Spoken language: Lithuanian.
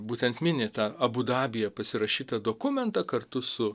būtent mini tą abu dabyje pasirašytą dokumentą kartu su